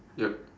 yup